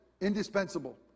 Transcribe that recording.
Indispensable